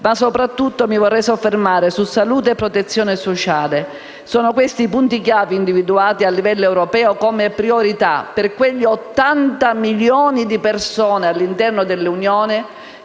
ma, soprattutto, salute e protezione sociale. Sono questi i punti chiave individuati a livello europeo come priorità per quegli 80 milioni di persone all'interno dell'Unione